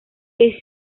que